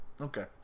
Okay